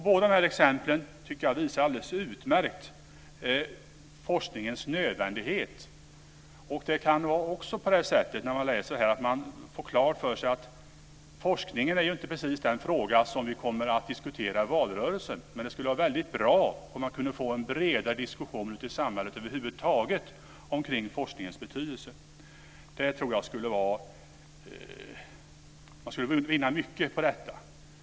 Båda dessa exempel tycker jag visar alldeles utmärkt på forskningens nödvändighet. När man läser här får man också klart för sig att forskningen inte är precis den fråga som vi kommer att diskutera i valrörelsen. Men det skulle vara väldigt bra om vi kunde få en bredare diskussion ute i samhället över huvud taget om forskningens betydelse. Jag tror att man skulle vinna mycket på detta.